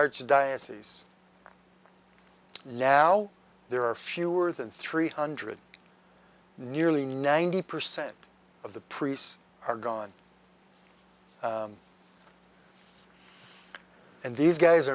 archdiocese now there are fewer than three hundred nearly ninety percent of the priests are gone and these guys